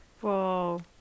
Whoa